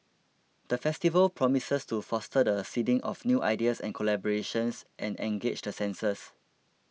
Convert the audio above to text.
the festival promises to foster the seeding of new ideas and collaborations and engage the senses